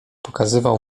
pokazywał